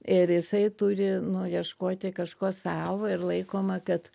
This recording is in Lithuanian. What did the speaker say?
ir jisai turi nu ieškoti kažko savo ir laikoma kad